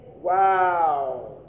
Wow